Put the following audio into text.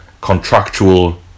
contractual